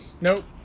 Nope